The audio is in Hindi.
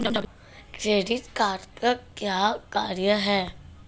क्रेडिट कार्ड का क्या कार्य है?